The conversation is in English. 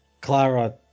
Clara